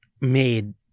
made